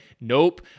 Nope